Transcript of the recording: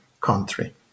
country